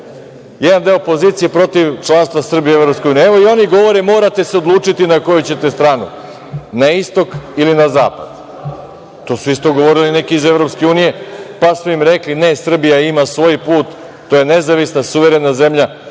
jedan deo opozicije je protiv članstva Srbije u EU.Evo, i oni govore – morate se odlučiti na koju ćete stranu, na istok ili na zapad. To su isto govorili neki iz EU, pa su im rekli, ne, Srbija ima svoj put, to je nezavisna suverena zemlja